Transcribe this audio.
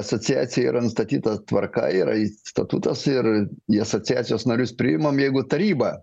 asociacijoj yra nustatyta tvarka yra statutas ir į asociacijos narius priimam jeigu taryba